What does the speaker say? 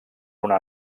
una